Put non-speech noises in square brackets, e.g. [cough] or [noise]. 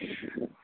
[unintelligible]